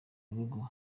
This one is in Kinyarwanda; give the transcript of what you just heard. urugo